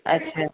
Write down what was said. ଆଚ୍ଛା